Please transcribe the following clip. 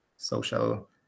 social